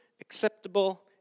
acceptable